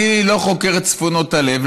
אני לא חוקר צפונות הלב,